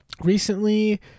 Recently